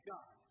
God